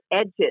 edges